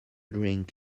drink